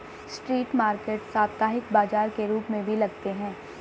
street market साप्ताहिक बाजार के रूप में भी लगते हैं